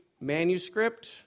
manuscript